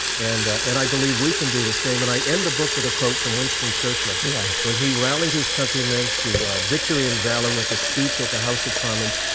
and and i believe we can do the same. and i end the book with a quote from winston churchill, yeah when he rallied his countrymen to victory and valor with a speech at the house of commons.